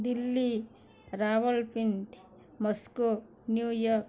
Delhi Rawalpindi Moscow New York